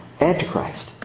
antichrist